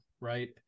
right